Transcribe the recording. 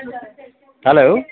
hello